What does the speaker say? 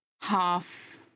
half